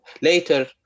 later